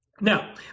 Now